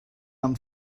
amb